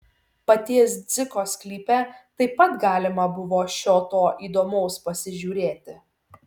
paties dziko sklype taip pat galima buvo šio to įdomaus pasižiūrėti